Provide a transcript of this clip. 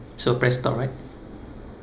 so press stop right